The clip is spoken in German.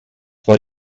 war